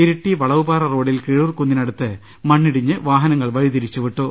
ഇരിട്ടി വളവുപാറ റോഡിൽ കീഴൂർ കുന്നിനടുത്ത് മണ്ണിടിഞ്ഞ് വാഹന ങ്ങൾ വഴിതിരിച്ചുവിട്ടു